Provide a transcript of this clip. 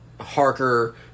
Harker